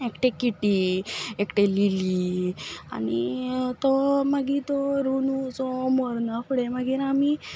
एकटे किटी एकटें लिली आनी तो मागीर तो रोनू जो मरना फुडें मागीर आमी